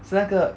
是那个